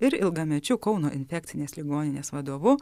ir ilgamečiu kauno infekcinės ligoninės vadovu